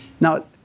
Now